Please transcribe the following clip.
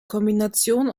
kombination